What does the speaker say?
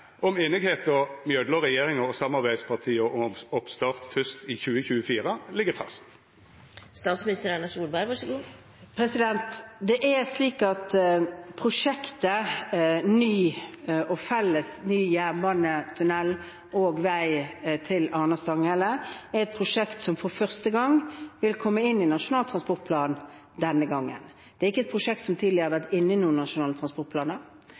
om einigheita mellom regjeringa og samarbeidspartia om oppstart fyrst i 2024 ligg fast? Prosjektet ny felles jernbanetunnel og vei Arna–Stanghelle er et prosjekt som for første gang vil komme inn i Nasjonal transportplan denne gangen. Det er ikke et prosjekt som tidligere har vært inne i noen nasjonale transportplaner.